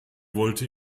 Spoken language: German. wollte